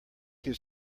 his